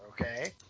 okay